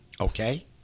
Okay